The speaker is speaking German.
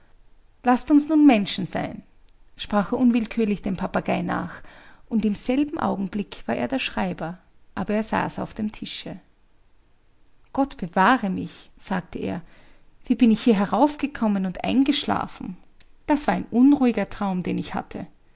laßt uns nun menschen sein sprach er unwillkürlich dem papagei nach und im selben augenblick war er der schreiber aber er saß auf dem tische gott bewahre mich sagte er wie bin ich hier herauf gekommen und eingeschlafen das war ein unruhiger traum den ich hatte